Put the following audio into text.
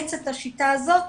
לאמץ את השיטה הזאת.